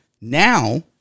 now